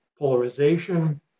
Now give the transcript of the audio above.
polarization